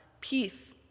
Peace